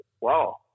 wow